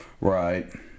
Right